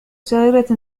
صغيرة